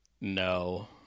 No